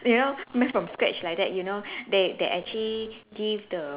you know made from scratch like that you know they they actually give the